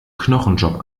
knochenjob